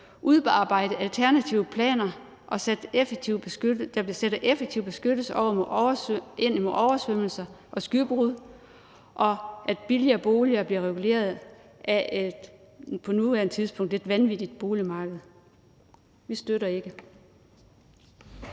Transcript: udarbejdet alternative planer, der vil sætte effektiv beskyttelse ind imod oversvømmelser og skybrud, og at billigere boliger bliver reguleret på et på nuværende tidspunkt vanvittigt boligmarked. Vi støtter ikke.